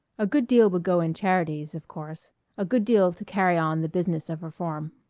a good deal would go in charities, of course a good deal to carry on the business of reform.